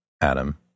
Adam